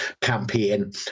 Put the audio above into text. campaign